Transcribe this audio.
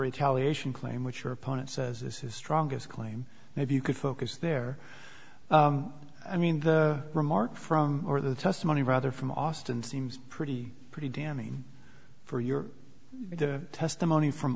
retaliation claim which your opponent says is his strongest claim and if you could focus there i mean the remark from or the testimony rather from austin seems pretty pretty damning for your testimony from